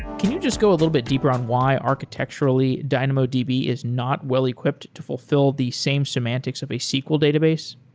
can you just go a little bit deeper on why, architecturally, dynamodb is not well equipped to fulfill the same semantics of a sql database?